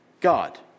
God